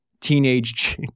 teenage